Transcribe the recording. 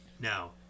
Now